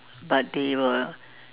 but they were